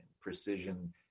precision